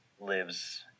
lives